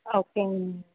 ஓகேங்க மேம்